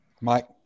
Mike